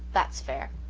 that's fair.